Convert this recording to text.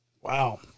Wow